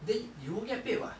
then you won't get paid [what]